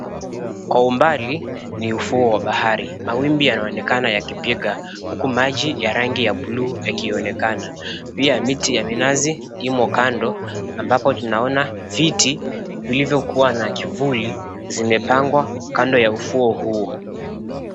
Kwa umbali ni ufuo wa bahari. Mawimbi yanaonekana yakipiga huku maji ya rangi ya buluu yakionekana. Pia miti ya minazi imo kando ambapo tunaona viti vilivyokuwa na kivuli zimepangwa kando ya ufuo huo.